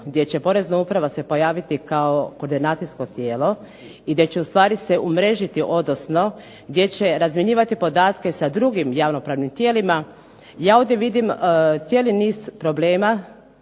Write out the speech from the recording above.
gdje će Porezna uprava se pojaviti kao koordinacijsko tijelo, i gdje će ustvari se umrežiti, odnosno gdje će razmjenjivati podatke sa drugim javnopravnim tijelima, ja ovdje vidim cijeli niz problema,